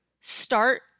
start